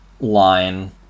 line